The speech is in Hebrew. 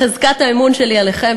חזקת האמון שלי עליכם,